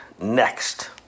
next